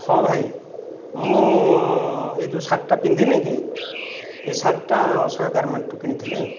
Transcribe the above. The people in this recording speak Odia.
ହଁ ଭାଇ ମୁଁ ଏହି ଯେଉଁ ଶାର୍ଟଟା ପିନ୍ଧିନି କି ଏ ଶାର୍ଟଟା ଅଶୋକା ଗାର୍ମେଣ୍ଟରୁ କିଣିଥିଲି